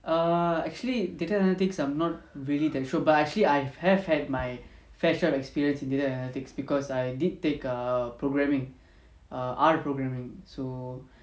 err actually data analytics I'm not really that sure but actually I have had my fair share of experience in data analytics because I did take err programming err R programming so